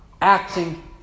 acting